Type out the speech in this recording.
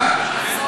א.